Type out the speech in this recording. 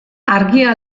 argia